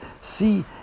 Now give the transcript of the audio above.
See